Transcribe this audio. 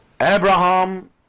Abraham